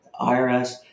IRS